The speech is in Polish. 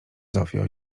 zofio